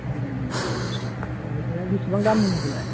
बेसेबां दामनिमोन बेलाय